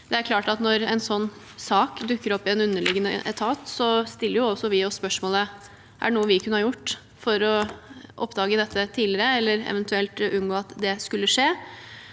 når en slik sak dukker opp i en underliggende etat, stiller også vi oss spørsmål om det er noe vi kunne ha gjort for å oppdage dette tidligere, even tuelt unngå at det skjedde.